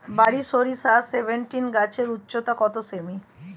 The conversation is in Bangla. বারি সরিষা সেভেনটিন গাছের উচ্চতা কত সেমি?